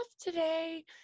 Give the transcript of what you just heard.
today